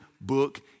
book